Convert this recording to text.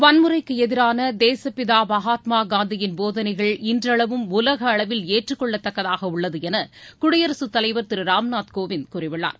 வன்முறைக்கு எதிரான தேசபிதா மகாத்மா காந்தியின் போதனைகள் இன்றளவும் உலக அளவில் ஏற்றுக்கொள்ளதக்கதாக உள்ளது என குடியரசு தலைவர் திரு ராம்நாத் கோவிந்த் கூறியுள்ளார்